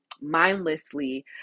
mindlessly